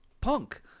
punk